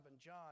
John